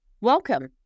Welcome